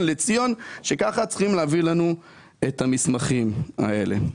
לציון שככה מעבירים לנו את המסמכים האלה?